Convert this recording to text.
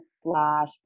slash